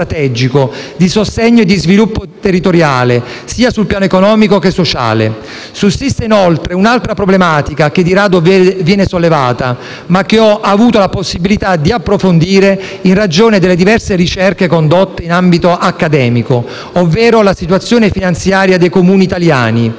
di sostegno e di sviluppo territoriale, sul piano sia economico che sociale. Sussiste, inoltre, un'altra problematica che di rado viene sollevata, ma che ho avuto la possibilità di approfondire in ragione delle diverse ricerche condotte in ambito accademico, ovvero la situazione finanziaria dei Comuni italiani.